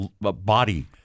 body